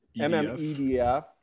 MMEDF